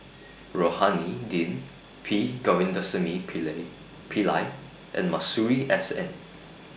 Rohani Din P Govindasamy Pillai and Masuri S N